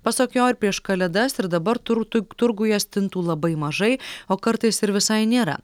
pasak jo ir prieš kalėdas ir dabar turtui turguje stintų labai mažai o kartais ir visai nėra